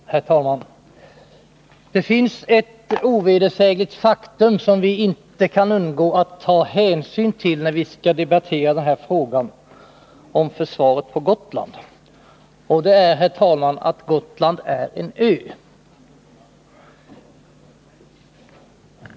Herr talman! Det finns ett ovedersägligt faktum som vi inte kan undgå att ta hänsyn till när vi skall debattera den här frågan om försvaret på Gotland, nämligen detta att Gotland är en ö.